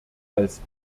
als